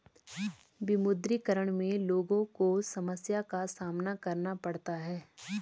विमुद्रीकरण में लोगो को समस्या का सामना करना पड़ता है